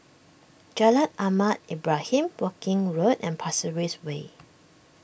Jalan Ahmad Ibrahim Woking Road and Pasir Ris Way